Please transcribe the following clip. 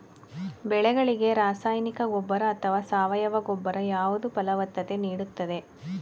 ಬೆಳೆಗಳಿಗೆ ರಾಸಾಯನಿಕ ಗೊಬ್ಬರ ಅಥವಾ ಸಾವಯವ ಗೊಬ್ಬರ ಯಾವುದು ಫಲವತ್ತತೆ ನೀಡುತ್ತದೆ?